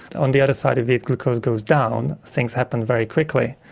on the other side if the glucose goes down things happen very quickly,